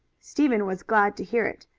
stephen was glad to hear it.